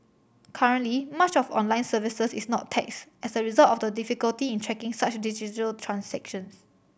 currently much of online services is not taxed as a result of the difficulty in tracking such digital transactions